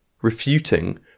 Refuting